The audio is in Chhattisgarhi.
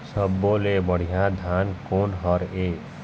सब्बो ले बढ़िया धान कोन हर हे?